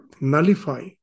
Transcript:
nullify